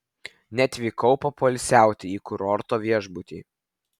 neatvykau papoilsiauti į kurorto viešbutį